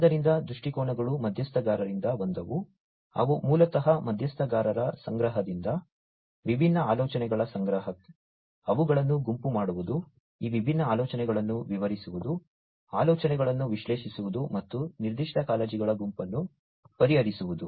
ಆದ್ದರಿಂದ ದೃಷ್ಟಿಕೋನಗಳು ಮಧ್ಯಸ್ಥಗಾರರಿಂದ ಬಂದವು ಅವು ಮೂಲತಃ ಮಧ್ಯಸ್ಥಗಾರರ ಸಂಗ್ರಹದಿಂದ ವಿಭಿನ್ನ ಆಲೋಚನೆಗಳ ಸಂಗ್ರಹ ಅವುಗಳನ್ನು ಗುಂಪು ಮಾಡುವುದು ಈ ವಿಭಿನ್ನ ಆಲೋಚನೆಗಳನ್ನು ವಿವರಿಸುವುದು ಆಲೋಚನೆಗಳನ್ನು ವಿಶ್ಲೇಷಿಸುವುದು ಮತ್ತು ನಿರ್ದಿಷ್ಟ ಕಾಳಜಿಗಳ ಗುಂಪನ್ನು ಪರಿಹರಿಸುವುದು